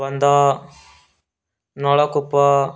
ବନ୍ଧ ନଳକୂପ